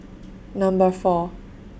Number four